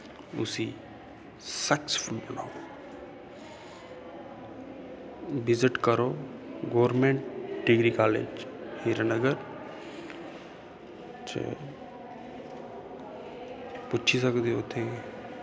उसी सक्सै्फुल बनाओ बिज़ट करो गौरमैंट डिग्री कालेज़ हीरानगर च पुच्छी सकदे ओ उत्थें